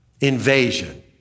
invasion